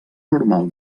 normal